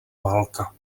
válka